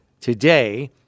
today